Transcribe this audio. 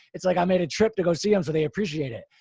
it's like i made a trip to go see them. so they appreciate it.